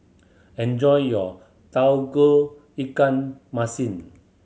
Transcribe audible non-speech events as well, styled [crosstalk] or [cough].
enjoy your [unintelligible] ikan masin